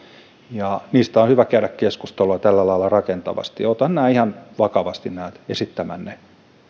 niistä on hyvä käydä keskustelua tällä lailla rakentavasti otan ihan vakavasti nämä esittämänne